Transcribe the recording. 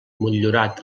motllurat